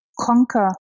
conquer